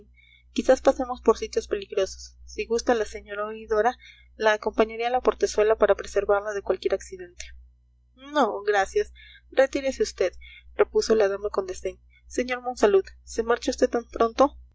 quizás pasemos por sitios peligrosos si gusta la señora oidora la acompañaré a la portezuela para preservarla de cualquier accidente no gracias retírese vd repuso la dama con desdén sr monsalud se marcha vd tan pronto